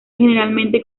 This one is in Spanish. generalmente